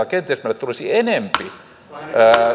kenties meille tulisi enempi hyvää